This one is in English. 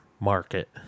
Market